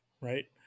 right